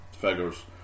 figures